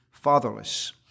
Fatherless